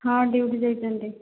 ହଁ ଡିଉଟି ଯାଇଛନ୍ତି